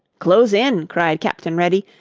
close in, cried captain reddy,